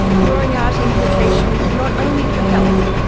drawing out implications not only for health,